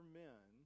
men